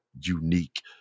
unique